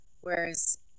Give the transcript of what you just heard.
whereas